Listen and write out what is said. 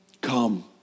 Come